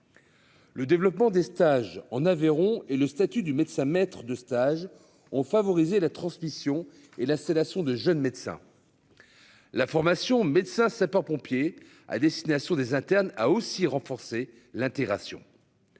Le développement des stages en Aveyron et le statut du médecin maître de stage ont favorisé la transmission et la sédation de jeunes médecins. La formation médecin sapeurs-pompiers à destination des internes a aussi renforcer l'intégration.